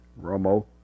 Romo